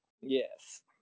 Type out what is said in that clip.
Yes